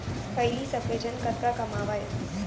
पहिली सब्बे झन कतका कमावयँ